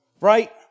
right